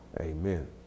amen